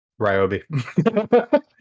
ryobi